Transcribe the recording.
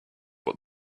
what